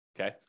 okay